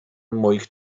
moich